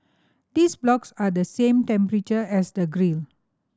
these blocks are the same temperature as the grill